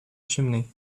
chimney